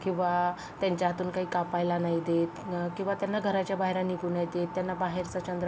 किंवा त्यांच्या हातून काही कापायला नाही देत किंवा त्यांना घराच्या बाहेर निघू नाही देत त्यांना बाहेरचा चंद्र ब